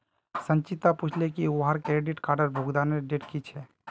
संचिता पूछले की वहार क्रेडिट कार्डेर भुगतानेर डेट की छेक